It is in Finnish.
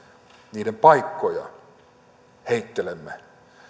niiden paikkoja heittelemme